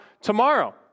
tomorrow